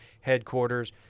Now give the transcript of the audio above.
headquarters